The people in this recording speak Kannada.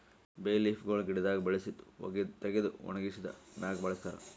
ಬೇ ಲೀಫ್ ಗೊಳ್ ಗಿಡದಾಗ್ ಬೆಳಸಿ ತೆಗೆದು ಒಣಗಿಸಿದ್ ಮ್ಯಾಗ್ ಬಳಸ್ತಾರ್